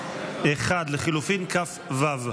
1 לחלופין כ"ו.